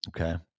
okay